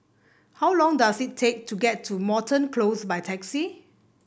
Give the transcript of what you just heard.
how long does it take to get to Moreton Close by taxi